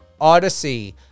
Odyssey